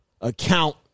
account